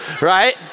Right